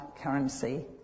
currency